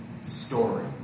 story